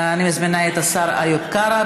אני מזמינה את השר איוב קרא.